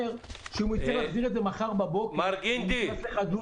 שהוא יצטרך להחזיר את זה מחר בבוקר והוא ייכנס לחדלות פירעון.